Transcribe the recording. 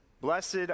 blessed